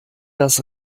das